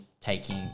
taking